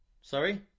Sorry